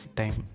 time